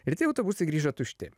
ir tie autobusai grįžo tušti